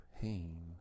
pain